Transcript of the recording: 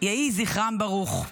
יהי זכרם ברוך.